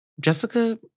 Jessica